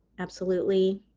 absolutely.